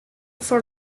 for